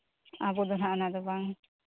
ᱟᱵᱚ ᱫᱚ ᱱᱟᱜ ᱚᱱᱟ ᱫᱚ ᱵᱟᱝ